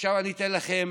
עכשיו אני אתן לכם